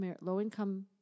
low-income